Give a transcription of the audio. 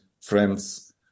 friends